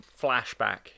flashback